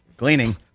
Cleaning